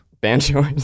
Banjo